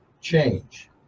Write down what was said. change